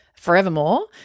forevermore